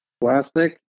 Plastic